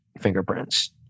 fingerprints